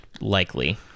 Likely